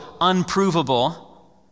unprovable